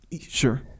Sure